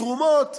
תרומות,